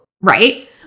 right